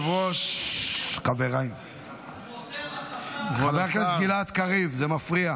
הוא עוזר לחשב, חבר הכנסת גלעד קריב, זה מפריע.